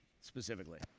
specifically